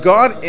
God